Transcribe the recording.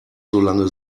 solange